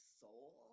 soul